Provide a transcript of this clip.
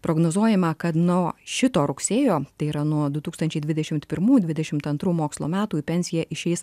prognozuojama kad nuo šito rugsėjo tai yra nuo du tūkstančiai dvidešimt pirmų dvidešimt antrų mokslo metų į pensiją išeis